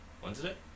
Wednesday